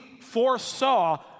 foresaw